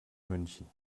münchen